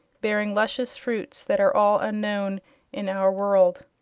bearing luscious fruits that are all unknown in our world.